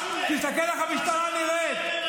ראש השב"כ --- תסתכל איך המשטרה נראית.